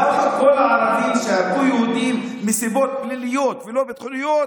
למה כל הערבים שהרגו יהודים מסיבות פליליות ולא ביטחוניות,